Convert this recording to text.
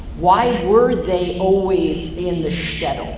why were they always in the shadow?